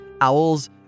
Owls